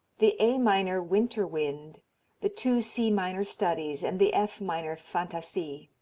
the a minor winter wind the two c minor studies, and the f minor fantasie.